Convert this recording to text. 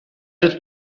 did